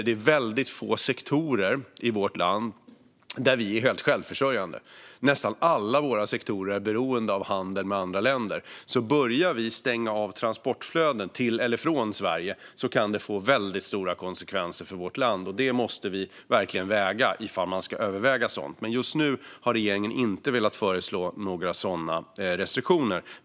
Det är väldigt få sektorer i vårt land där vi är helt självförsörjande. Nästan alla våra sektorer är beroende av handeln med andra länder. Om vi börjar stänga av transportflöden till eller från Sverige kan det få väldigt stora konsekvenser för vårt land, och det måste vi verkligen tänka på om man ska överväga något sådant. Just nu har regeringen inte velat föreslå några sådana restriktioner.